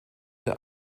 der